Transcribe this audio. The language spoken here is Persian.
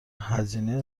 هزینه